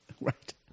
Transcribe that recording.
Right